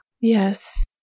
Yes